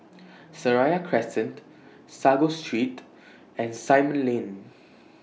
Seraya Crescent Sago Street and Simon Lane